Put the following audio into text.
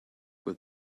with